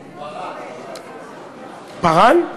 פּארן.